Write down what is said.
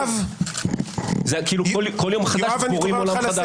יואב ---- כל יום חדש אנחנו רואים עולם חדש -- יואב,